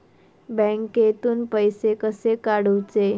बँकेतून पैसे कसे काढूचे?